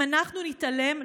אם אנחנו נתעלם,